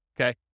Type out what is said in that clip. okay